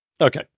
Okay